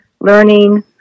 learning